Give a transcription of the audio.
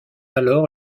alors